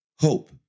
Hope